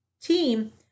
team